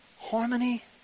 Harmony